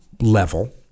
level